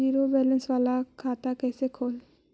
Zero balance बाला खाता कैसे खोले?